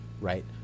Right